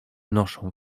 noszę